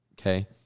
okay